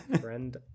Friend